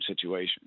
situation